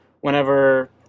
whenever